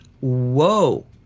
whoa